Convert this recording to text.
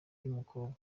y’umukobwa